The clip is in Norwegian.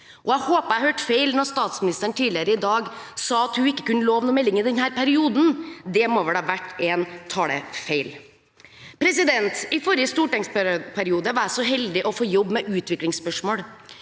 Jeg håper jeg hørte feil da statsministeren i dag sa at hun ikke kunne love en melding i denne perioden. Det må vel ha vært en talefeil. I forrige stortingsperiode var jeg så heldig å få jobbe med utviklingsspørsmål.